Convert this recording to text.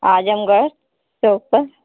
आजमगढ़ चौक पर